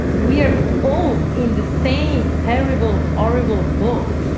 we're all in the same terrible, horrible bull.